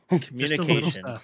Communication